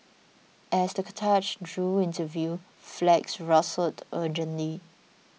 as the cortege drew into view flags rustled urgently